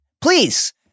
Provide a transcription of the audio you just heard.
Please